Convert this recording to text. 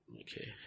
Okay